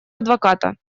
адвоката